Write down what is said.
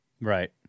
right